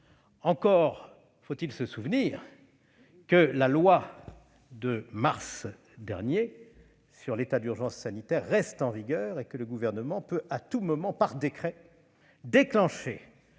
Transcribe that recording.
Encore faut-il se rappeler que la loi de mars dernier sur l'état d'urgence sanitaire reste en vigueur, et que le Gouvernement peut à tout moment par décret déclencher